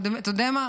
אתה יודע מה?